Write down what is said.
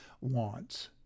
wants